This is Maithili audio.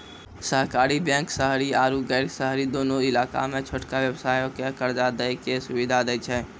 सहकारी बैंक शहरी आरु गैर शहरी दुनू इलाका मे छोटका व्यवसायो के कर्जा दै के सुविधा दै छै